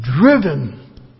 driven